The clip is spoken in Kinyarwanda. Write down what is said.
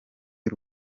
y’u